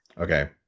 Okay